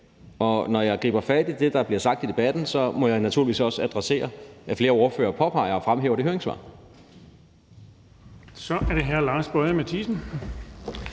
Når jeg griber fat i det, der bliver sagt i debatten, må jeg naturligvis også adressere, at flere ordfører påpeger og fremhæver det høringssvar. Kl. 15:57 Den fg. formand